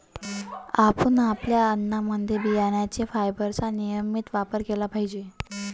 आपण आपल्या अन्नामध्ये बियांचे फायबरचा नियमित वापर केला पाहिजे